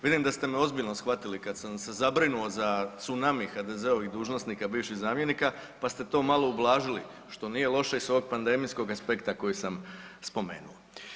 Vidim da ste me ozbiljno shvatili kada sam se zabrinuo za tsunami HDZ-ovih dužnosnika bivših zamjenika, pa ste to malo ublažili što nije loše i sa ovog pandemijskog aspekta koji sam spomenuo.